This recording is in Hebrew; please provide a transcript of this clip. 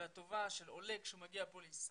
והטובה של עולה כשהוא מגיע לישראל.